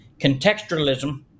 contextualism